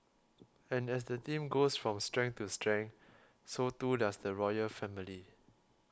and as the team goes from strength to strength so too does the royal family